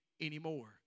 anymore